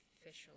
officially